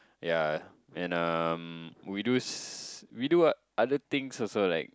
ya and um we do s~ we do oth~ other things also like